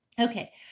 Okay